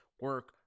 Work